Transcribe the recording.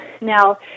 Now